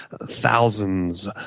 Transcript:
thousands